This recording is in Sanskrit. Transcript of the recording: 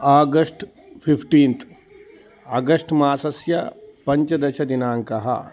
आगस्ट् फि़फ़्टीन्थ् अगस्ट् मासस्य पञ्चदशदिनाङ्कः